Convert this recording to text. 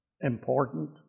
important